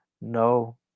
no